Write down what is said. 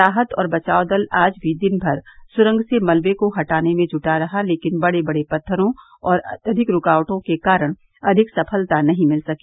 राहत और बचाव दल आज भी दिन भर सुरंग से मलवे को हटाने में जुटा रहा लेकिन बड़े बड़े पत्थरों और अत्यधिक रूकावटों के कारण अधिक सफलता नहीं मिल सकी